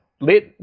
Let